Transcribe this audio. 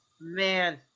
man